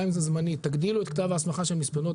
גם אם זה זמנית תגדילו את כתב ההסמכה של מספנות,